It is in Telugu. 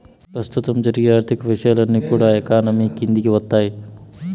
ప్రస్తుతం జరిగే ఆర్థిక విషయాలన్నీ కూడా ఎకానమీ కిందికి వత్తాయి